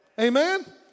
Amen